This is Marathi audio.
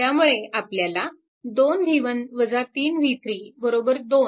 त्यामुळे आपल्याला 2 v1 3 v3 2